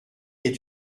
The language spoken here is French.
est